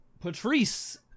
Patrice